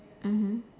mmhmm